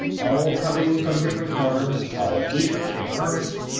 all coming from different corners, all eager and earnest,